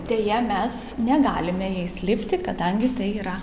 deja mes negalime jais lipti kadangi tai yra